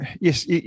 yes